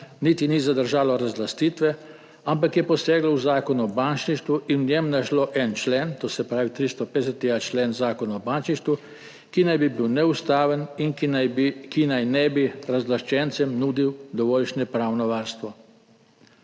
niti ni zadržalo razlastitve, ampak je poseglo v Zakon o bančništvu in v njem našlo en člen, to se pravi 350.a člen Zakona o bančništvu, ki naj bi bil neustaven in ki razlaščencem naj ne bi nudil dovoljšnega pravnega varstva.